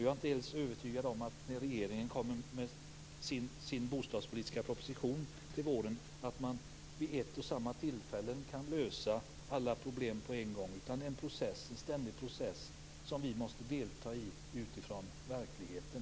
Jag är inte ens övertygad om att man vid ett och samma tillfälle kommer att kunna lösa alla problem när regeringen kommer med sin bostadspolitiska proposition till våren. Det är fråga om en ständig process som vi måste delta i utifrån verkligheten.